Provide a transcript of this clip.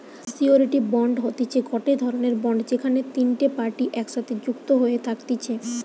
surety bond হতিছে গটে রকমের বন্ড যেখানে তিনটে পার্টি একসাথে যুক্ত হয়ে থাকতিছে